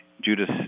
Judas